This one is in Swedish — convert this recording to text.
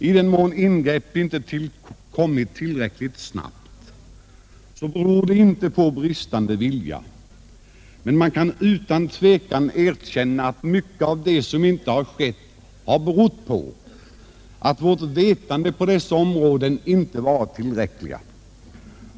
I den mån ingrepp inte gjorts tillräckligt snabbt, beror det inte på bristande vilja, men man kan utan tvekan erkänna att mycket av det som inte har skett har berott på att vårt vetande på dessa områden inte varit tillräckligt.